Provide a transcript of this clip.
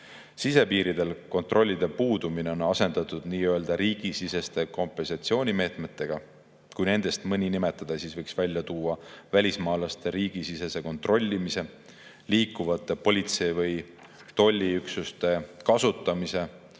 Sisepiiridel kontrolli puudumine on asendatud riigisiseste kompensatsioonimeetmetega. Kui nendest mõnda nimetada, siis võiks välja tuua välismaalaste riigisisese kontrollimise, liikuvate politsei- või tolliüksuste kasutamise,